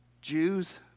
Jews